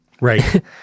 Right